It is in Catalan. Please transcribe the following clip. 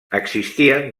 existien